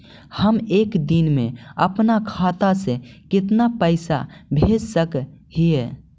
हम एक दिन में अपन खाता से कितना पैसा भेज सक हिय?